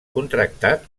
contractat